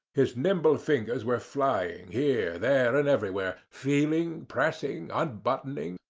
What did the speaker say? his nimble fingers were flying here, there, and everywhere, feeling, pressing, unbuttoning,